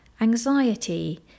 Anxiety